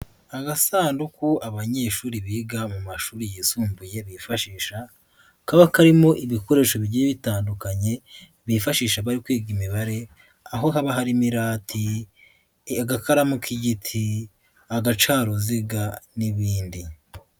Agasanduku abanyeshuri biga mu mashuri yisumbuye bifashisha kaba karimo ibikoresho bigiye bitandukanye bifashisha aba kwiga imibare aho haba hari imirati, agakaramu k'igiti agacaruziga, n'ibindi.